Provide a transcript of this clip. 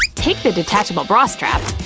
take the detachable bra strap,